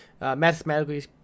mathematically